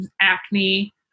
acne